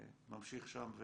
ממשיך שם,